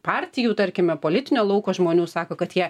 partijų tarkime politinio lauko žmonių sako kad jie